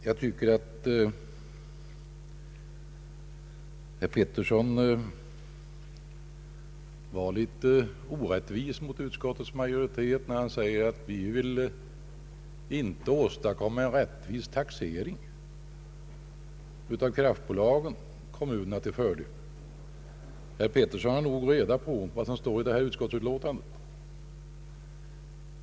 Jag tycker att herr Pettersson var litet orättvis mot utskottets majoritet, när han sade att den inte ville åstadkomma en rättvis taxering av kraftverksbolagen till fördel för kommunerna. Herr Pettersson har nog reda på vad som står i föreliggande utskottsutlåtande.